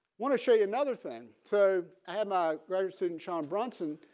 want to show you another thing. so i had my grad student shawn bronson.